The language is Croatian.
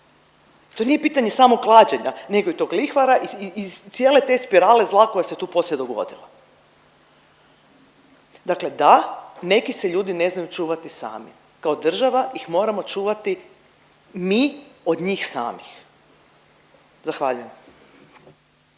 To nije pitanje samo klađenja, nego i tog lihvara i cijele te spirale zla koja se tu poslije dogodila. Dakle, da neki se ljudi ne znaju čuvati sami. Kao država ih moramo čuvati mi od njih samih. Zahvaljujem.